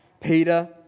Peter